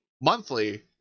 monthly